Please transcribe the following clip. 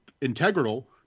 integral